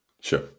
Sure